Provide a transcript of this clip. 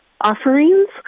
offerings